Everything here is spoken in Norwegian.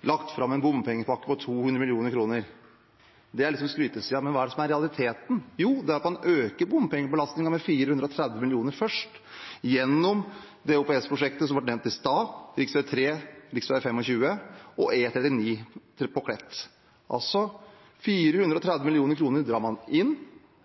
lagt fram en bompengepakke på 200 mill. kr. Det er skrytesiden, men hva er realiteten? Jo, det er at man øker bompengebelastninga med 430 mill. kr først gjennom OPS-prosjektet som ble nevnt i sted, rv. 3 og rv. 25, og E39 på Klett. Man tar altså inn 430 mill. kr,